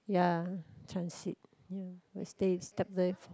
ya transit ya will stay step there for